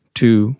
two